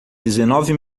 dezenove